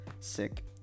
sick